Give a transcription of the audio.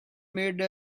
made